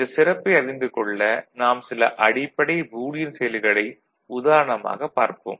இந்த சிறப்பை அறிந்து கொள்ள நாம் சில அடிப்படை பூலியன் செயல்களை உதாரணமாகப் பார்ப்போம்